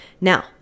Now